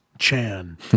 Chan